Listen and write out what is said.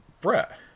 Brett